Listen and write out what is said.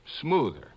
smoother